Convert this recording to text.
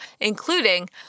including